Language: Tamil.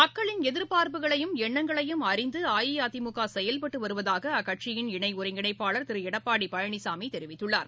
மக்களின் எதிர்பார்ப்புகளையும் எண்ணங்களையும் அறிந்து அஇஅதிமுக செயல்பட்டு வருவதூக அக்கட்சி இணை ஒருங்கிணைப்பாளர் திரு எடப்பாடி பழனிசாமி தெரிவித்துள்ளார்